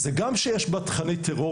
גם שיש בה תכני טרור.